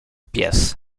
pies